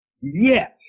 Yes